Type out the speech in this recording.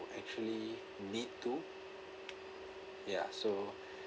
actually need to ya so